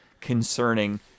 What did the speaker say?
concerning